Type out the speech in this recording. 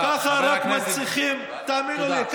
תאמינו לי,